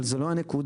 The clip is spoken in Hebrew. אבל זו לא הנקודה,